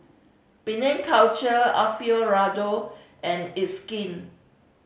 Penang Culture Alfio Raldo and It's Skin